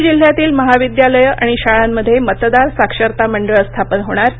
पुणे जिल्ह्यातील महाविद्यालयं आणि शाळांमध्ये मतदार साक्षरता मंडळं स्थापन होणार